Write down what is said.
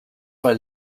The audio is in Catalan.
per